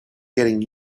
getting